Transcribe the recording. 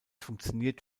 funktioniert